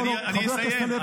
רגע --- חבר הכנסת הלוי, לא, לא.